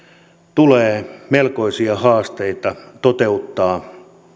tulee melkoisia haasteita toteuttaa